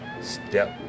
Step